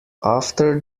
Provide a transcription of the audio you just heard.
after